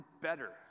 better